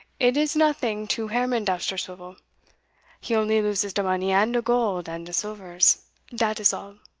it is nothing to herman dousterswivel he only loses de money and de gold and de silvers dat is all.